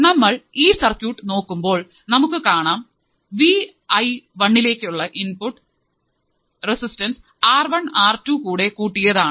നമ്മൾ ഈ സർക്യൂട്ട് നോക്കുമ്പോൾ നമുക്ക് കാണാം വിഐ വണ്ണിലേക്കുള്ള input resistance R one R two കൂടെ കൂട്ടിയതാണ്